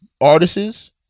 artists